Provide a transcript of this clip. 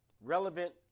relevant